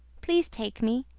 please take me.